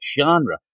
genre